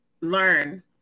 learn